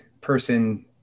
person